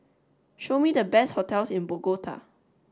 show me the best hotels in Bogota